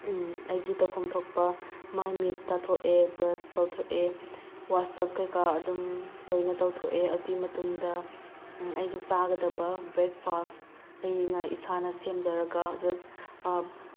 ꯑꯩꯒꯤ ꯇꯧꯐꯝ ꯊꯣꯛꯄ ꯃꯥꯏꯃꯤꯠ ꯇꯥꯊꯣꯛꯑꯦ ꯕ꯭ꯔꯁ ꯇꯧꯊꯣꯛꯑꯦ ꯋꯥꯁꯑꯞ ꯀꯩꯀꯥ ꯑꯗꯨꯝ ꯂꯣꯏꯅ ꯇꯧꯊꯣꯛꯑꯦ ꯑꯗꯨꯒꯤ ꯃꯇꯨꯡꯗ ꯑꯩꯒꯤ ꯆꯥꯒꯗꯕ ꯕ꯭ꯔꯦꯛꯐꯥꯁ ꯑꯩꯅ ꯏꯁꯥꯅ ꯁꯦꯝꯖꯔꯒ ꯖꯁ